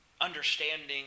understanding